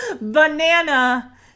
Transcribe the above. banana